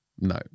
no